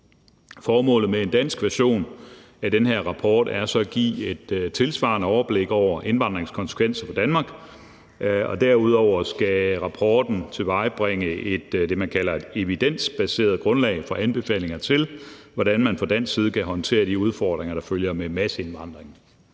Formålet med en dansk version af den her rapport er så at give et tilsvarende overblik over indvandringens konsekvenser for Danmark, og derudover skal rapporten tilvejebringe det, man kalder et evidensbaseret grundlaget for anbefalinger til, hvordan man fra dansk side kan håndtere de udfordringer, der følger med masseindvandringen.